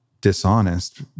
dishonest